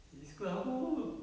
east coast apa tu